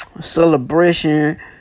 Celebration